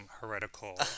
heretical